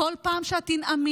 בכל פעם שתנאמי,